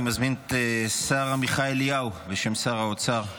אני מזמין את השר עמיחי אליהו, בשם שר האוצר,